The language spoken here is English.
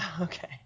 Okay